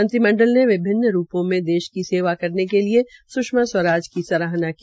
मंत्रिमंडल ने विभिन्न रूपों में देश की सेवा करने के लिए सुष्मा स्वराज की सराहना की